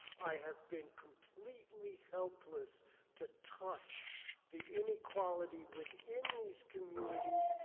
i have been completely helpless to touch the inequality within these communities.